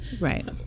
right